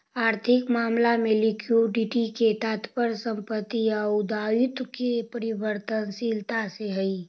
आर्थिक मामला में लिक्विडिटी के तात्पर्य संपत्ति आउ दायित्व के परिवर्तनशीलता से हई